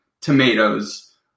tomatoes